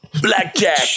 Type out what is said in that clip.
Blackjack